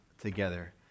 together